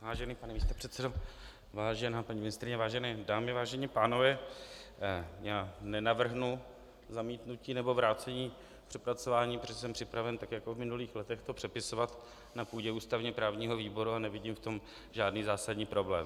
Vážený pane místopředsedo, vážená paní ministryně, vážené dámy, vážení pánové, já nenavrhnu zamítnutí nebo vrácení k přepracování, protože jsem připraven tak jako v minulých letech to přepisovat na půdě ústavněprávního výboru a nevidím v tom žádný zásadní problém.